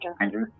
Andrew